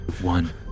One